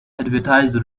advertise